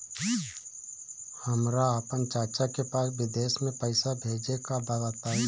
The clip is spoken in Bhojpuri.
हमरा आपन चाचा के पास विदेश में पइसा भेजे के बा बताई